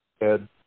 Ed